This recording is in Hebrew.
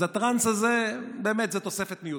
אז הטרנס הזה, באמת זו תוספת מיותרת.